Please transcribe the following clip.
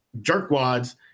jerkwads